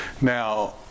Now